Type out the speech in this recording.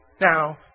Now